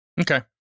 okay